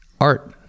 Art